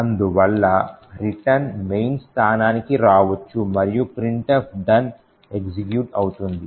అందువల్ల return main స్థానానికి రావచ్చు మరియు printf done ఎగ్జిక్యూట్ అవుతుంది